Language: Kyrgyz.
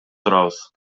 турабыз